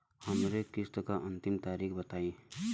हमरे किस्त क अंतिम तारीख बताईं?